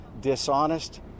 dishonest